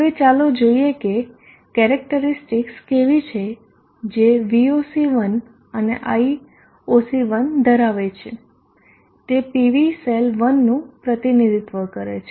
હવે ચાલો જોઈએ કે કેરેક્ટરીસ્ટિકસ કેવી છે જે Voc1 અને Ioc1 ધરાવે છે તે PV સેલ1નું પ્રતિનિધિત્વ કરે છે